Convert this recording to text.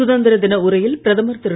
சுதந்திர தின உரையில் பிரதமர் திரு